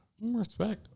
Respect